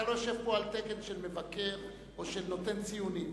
אתה לא יושב פה על תקן של מבקר או של נותן ציונים.